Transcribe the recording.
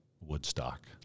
Woodstock